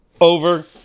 over